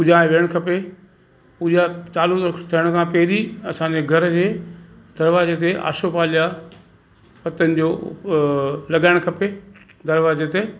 पूॼा अचणु खपे पूॼा चालू थिअण खां पहिरीं असांजे घर जे दरवाजे ते आसोपालव जा पतनि जो लॻाइणु खपे दरवाजे ते